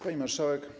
Pani Marszałek!